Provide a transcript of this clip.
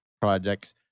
projects